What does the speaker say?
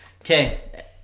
Okay